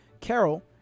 carol